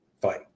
fight